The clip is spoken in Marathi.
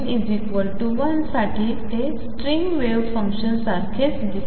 N 1 साठी ते स्ट्रिंग वेव्ह फंक्शन सारखेच दिसते